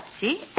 See